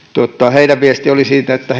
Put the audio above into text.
heidän viestinsä oli että